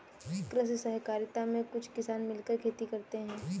कृषि सहकारिता में कुछ किसान मिलकर खेती करते हैं